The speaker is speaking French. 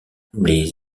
les